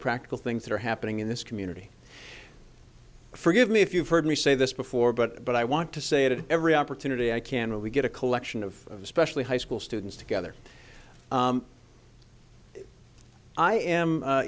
practical things that are happening in this community forgive me if you've heard me say this before but but i want to say it at every opportunity i can we get a collection of especially high school students together i am